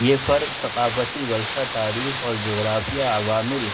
یہ فرق ثقافتی ورثہ تاریخ اور جغرافیہ عوامل